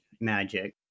magic